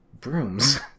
brooms